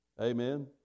Amen